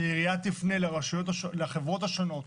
שהעירייה תפנה לחברות השונות,